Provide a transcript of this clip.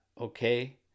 okay